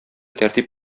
тәртип